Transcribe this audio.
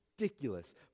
ridiculous